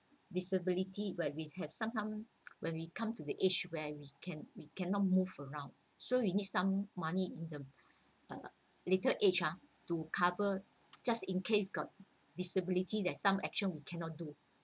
disability when we have sometimes when we come to the age where we can we cannot move around so we need some money in the uh later age ah to cover just in case got disability that some action we cannot do